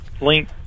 link